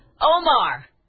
Omar